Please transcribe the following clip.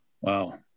Wow